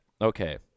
Okay